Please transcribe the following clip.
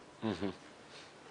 כן,